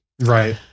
Right